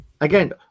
again